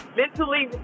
mentally